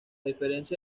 diferencia